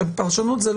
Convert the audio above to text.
זה לא פרשנות.